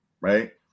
right